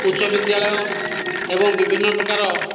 ଉଚ୍ଚବିଦ୍ୟାଳୟ ଏବଂ ବିଭିନ୍ନ ପ୍ରକାର